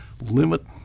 limit